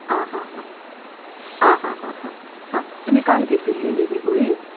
आ हा हा आ हा हा हा हा तुमी काल घेतिल्ली न्ही ही गुळी